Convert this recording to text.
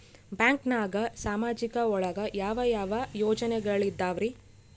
ಬ್ಯಾಂಕ್ನಾಗ ಸಾಮಾಜಿಕ ಒಳಗ ಯಾವ ಯಾವ ಯೋಜನೆಗಳಿದ್ದಾವ್ರಿ?